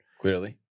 clearly